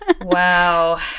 Wow